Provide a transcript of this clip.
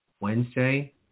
Wednesday